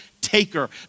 taker